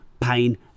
pain